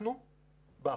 אנחנו באפור.